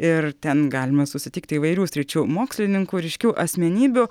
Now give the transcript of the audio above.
ir ten galima susitikti įvairių sričių mokslininkų ryškių asmenybių